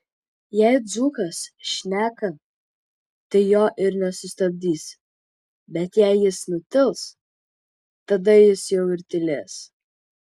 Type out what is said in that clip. jei dzūkas šneka tai jo ir nesustabdysi bet jei jis nutils tada jis jau ir tylės